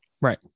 Right